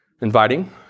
Inviting